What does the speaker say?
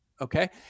okay